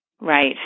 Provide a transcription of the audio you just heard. Right